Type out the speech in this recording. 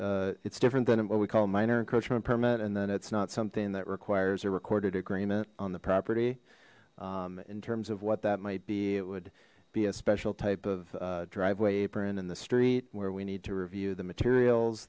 it's different than what we call minor encroachment permit and then it's not something that requires a recorded agreement on the property in terms of what that might be it would be a special type of driveway apron in the street where we need to review the materials